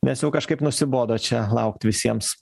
nes jau kažkaip nusibodo čia laukt visiems